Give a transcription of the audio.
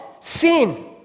Sin